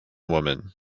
woman